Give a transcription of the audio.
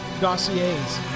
dossiers